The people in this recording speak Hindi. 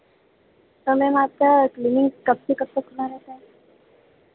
तो मैम आपका क्लिनिक कब से कब तक खुला रहता है